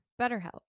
BetterHelp